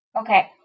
Okay